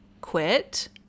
quit